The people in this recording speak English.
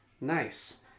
Nice